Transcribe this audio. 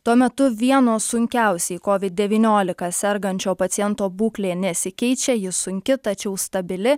tuo metu vieno sunkiausiai kovid devyniolika sergančio paciento būklė nesikeičia ji sunki tačiau stabili